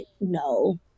no